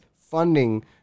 funding